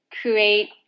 create